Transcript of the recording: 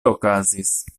okazis